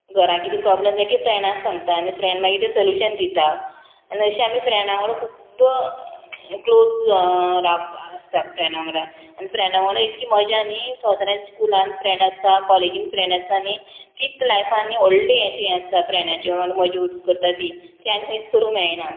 घरांत कितें प्रोब्लेम जालें की फ्रेंडाक सांगता आनी फ्रेंड मागीर तें सोल्यूशन दिता आनी मागीर अशीं आमी फ्रेंडा वांगडा खुब्ब क्लोज आसता फ्रेंडां वांगडा आनी फ्रेंडां वांगडा इतकी मजा न्ही संवसारान स्कुलान फ्रेंड आसता कॉलेजीन फ्रेंड आसता न्ही तींच लायफान व्हडली अशीं हें आसता फ्रेंडाच्यो वांगडा मजा करता ती ते आनी खंयच करूंक मेळना